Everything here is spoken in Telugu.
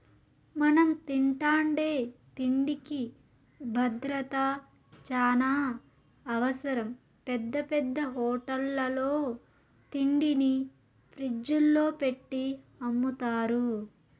మనం తింటాండే తిండికి భద్రత చానా అవసరం, పెద్ద పెద్ద హోటళ్ళల్లో తిండిని ఫ్రిజ్జుల్లో పెట్టి అమ్ముతారు